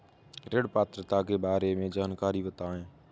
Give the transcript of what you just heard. ऋण पात्रता के बारे में जानकारी बताएँ?